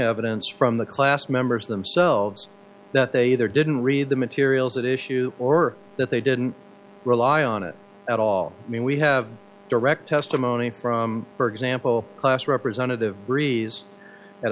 evidence from the class members themselves that they either didn't read the materials at issue or that they didn't rely on it at all i mean we have direct testimony from for example class representative breeze at